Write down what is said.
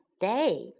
day